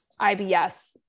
IBS